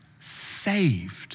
saved